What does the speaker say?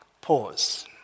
Pause